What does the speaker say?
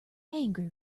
angry